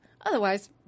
Otherwise